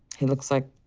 he looks like,